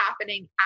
happening